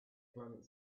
planet